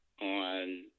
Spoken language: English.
on